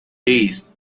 days